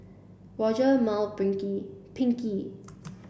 Mal Pinkie